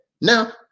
Now